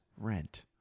rent